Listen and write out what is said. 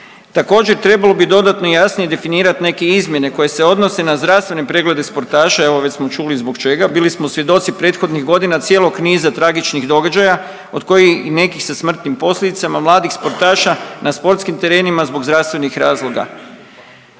Također trebalo bi dodatno i jasnije definirat neke izmjene koje se odnose na zdravstvene preglede sportaša, evo već smo čuli zbog čega, bili smo svjedoci prethodnih godina cijelog niza tragičnih događaja od kojih i neki sa smrtnim posljedicama mladih sportaša na sportskim terenima zbog zdravstvenih razloga.